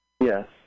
Yes